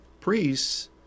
priests